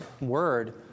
Word